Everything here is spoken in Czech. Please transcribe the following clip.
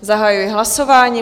Zahajuji hlasování.